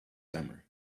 summer